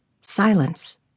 Silence